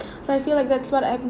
so I feel like that's what I'm